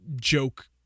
joke